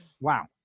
Wow